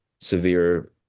severe